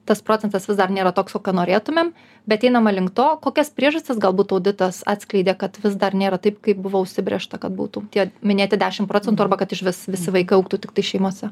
tas procentas vis dar nėra toks kokio norėtumėm bet einama link to kokias priežastis galbūt auditas atskleidė kad vis dar nėra taip kaip buvo užsibrėžta kad būtų tie minėti dešim procentų arba kad išvis visi vaikai augtų tiktai šeimose